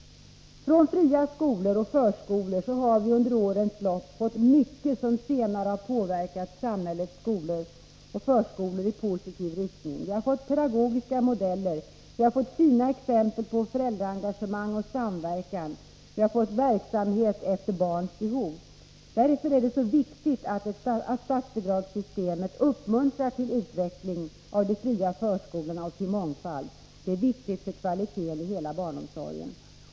Från fria skolor och förskolor har vi under årens lopp fått mycket som senare påverkat samhällets skolor och förskolor i positiv riktning. Vi har fått pedagogiska modeller, vi har fått fina exempel på föräldraengagemang och samverkan, vi har fått verksamhet efter barns behov. Därför är det så viktigt att statsbidragssystemet uppmuntrar till utveckling av de fria förskolorna och till mångfald — det är viktigt för kvaliteten i hela barnomsorgen.